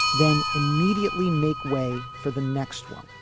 then immediately make way for the next one.